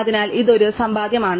അതിനാൽ ഇത് ഒരു സമ്പാദ്യമാണ്